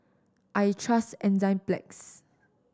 I trust Enzyplex